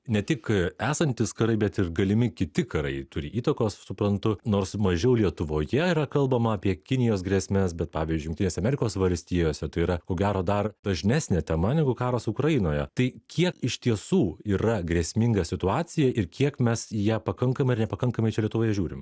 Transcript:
ne tik esantys karai bet ir galimi kiti karai turi įtakos suprantu nors mažiau lietuvoje yra kalbama apie kinijos grėsmes bet pavyzdžiui jungtinėse amerikos valstijose tai yra ko gero dar dažnesnė tema negu karas ukrainoje tai kiek iš tiesų yra grėsminga situacija ir kiek mes ją pakankamai ar nepakankamai čia lietuvoje žiūrim